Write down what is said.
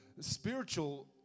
spiritual